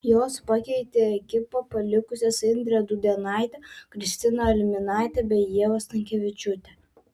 jos pakeitė ekipą palikusias indrę dudėnaitę kristiną alminaitę bei ievą stankevičiūtę